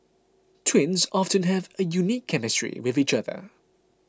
twins often have a unique chemistry with each other